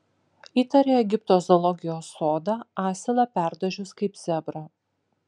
įtaria egipto zoologijos sodą asilą perdažius kaip zebrą